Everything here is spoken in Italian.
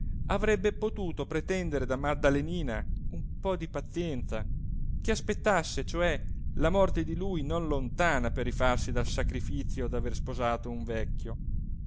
avrebbe potuto pretendere da maddalenina un po di pazienza che aspettasse cioè la morte di lui non lontana per rifarsi del sacrifizio d'aver sposato un vecchio